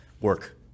work